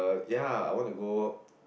ya I wanted to go